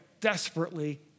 desperately